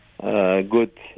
good